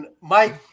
Mike